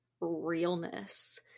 realness